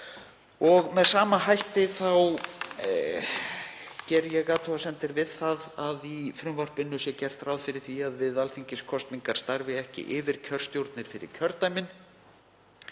Með sama hætti geri ég athugasemdir við að í frumvarpinu sé gert ráð fyrir að við alþingiskosningar starfi ekki yfirkjörstjórnir fyrir kjördæmin.